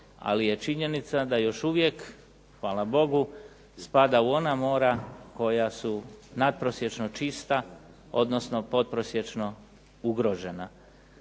ali je činjenica da još uvijek hvala Bogu spada u ona mora koja su natprosječno čista odnosno podprosječno ugrožena.